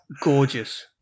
gorgeous